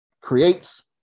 creates